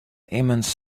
immense